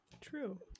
True